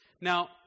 Now